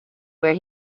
where